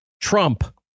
Trump